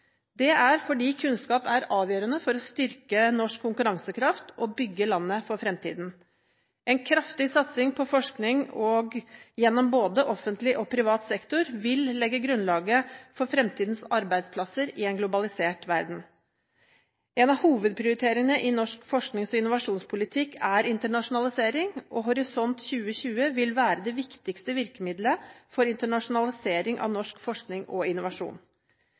Det er fordi kunnskap er avgjørende for å styrke norsk konkurransekraft og bygge landet for fremtiden. En kraftig satsing på forskning, gjennom både offentlig og privat sektor, vil legge grunnlaget for fremtidens arbeidsplasser i en globalisert verden. En av hovedprioriteringene i norsk forsknings- og innovasjonspolitikk er internasjonalisering, og Horisont 2020 vil være det viktigste virkemiddelet for internasjonalisering av norsk forskning og innovasjon.